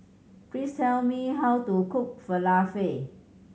please tell me how to cook Falafel